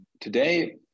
today